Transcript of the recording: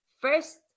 first